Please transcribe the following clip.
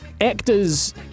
actors